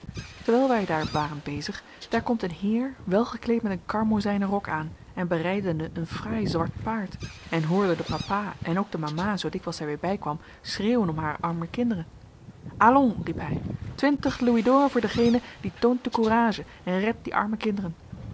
terwijl wij daar waren bezig daar komt een heer welgekleed met een karmozijnen rok aan en berijdende een fraai zwart paard en hoorde den papa en ook de mama zoo dikwijls zij weer bijkwam schreeuwen om haar arme kinderen allons riep hij twintig louis d'or voor dengenen die toont de courage en redt die arme kinderen